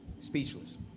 Speechless